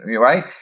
Right